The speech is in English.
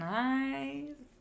nice